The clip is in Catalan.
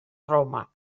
roma